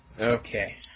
Okay